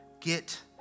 get